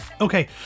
okay